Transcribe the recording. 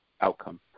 outcome